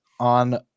On